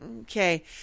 okay